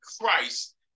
Christ